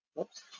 Oops